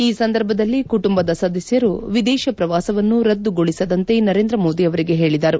ಈ ಸಂದರ್ಭದಲ್ಲಿ ಕುಟುಂಬದ ಸದಸ್ಕರು ವಿದೇಶ ಪ್ರವಾಸವನ್ನು ರದ್ದುಗೊಳಿಸದಂತೆ ನರೇಂದ್ರ ಮೋದಿ ಅವರಿಗೆ ಹೇಳಿದರು